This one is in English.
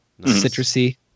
citrusy